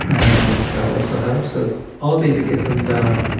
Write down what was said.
and that also helps ah all the indications are,